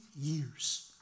years